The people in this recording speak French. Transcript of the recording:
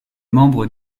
membre